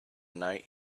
night